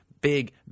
big